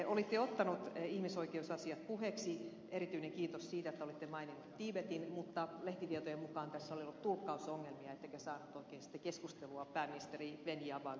olitte ottanut ihmisoikeusasiat puheeksi erityinen kiitos siitä että olitte maininnut tiibetin mutta lehtitietojen mukaan tässä oli ollut tulkkausongelmia ettekä saanut oikein sitten keskustelua pääministeri wen jiabaon kanssa aikaiseksi